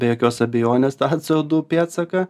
be jokios abejonės tą co du pėdsaką